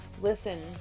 Listen